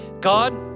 God